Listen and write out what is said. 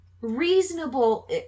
reasonable